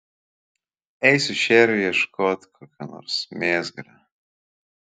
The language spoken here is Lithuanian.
eisiu šėriui ieškoti kokio nors mėsgalio